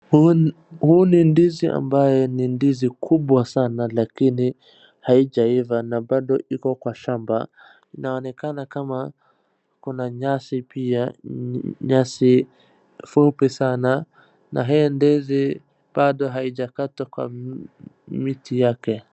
Huu ni ndizi ambaye ni ndizi kubwa sana lakini haijaiva na bado iko kwa shamba inaonekana nikama kuna nyasi pia. Nyasi fupi sana na hii ndizi bado haijakatwa kutoka kwa mti wake.